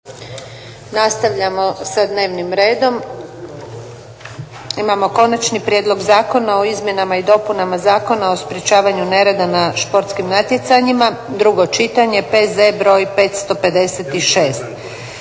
Nastavljamo sa dnevnim redom. Imamo - Konačni prijedlog zakona o izmjenama i dopunama Zakona o sprečavanju nereda na športskim natjecanjima, drugo čitanje, P.Z. br. 556